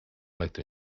letto